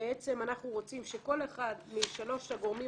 אנחנו רוצים שכל אחד משלושת הגורמים